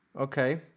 Okay